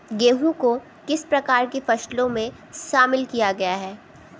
गेहूँ को किस प्रकार की फसलों में शामिल किया गया है?